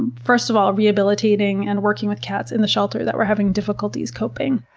and first of all, rehabilitating and working with cats in the shelter that were having difficulties coping.